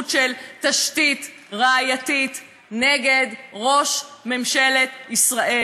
של תשתית ראייתית נגד ראש ממשלת ישראל.